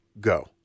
go